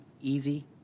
easy